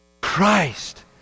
Christ